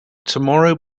tomorrow